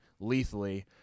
lethally